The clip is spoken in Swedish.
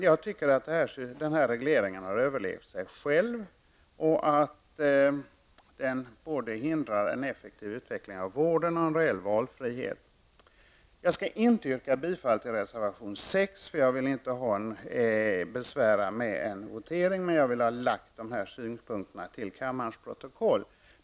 Jag tycker att den här regleringen har överlevt sig själv och att den hindrar både en effektiv utveckling av vården och en reell valfrihet. Jag skall inte yrka bifall till reservation 6, för jag vill inte besvära med en votering, men jag vill ha de här synpunkterna lagda till kammarens protokoll.